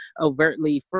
overtly